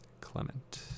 clement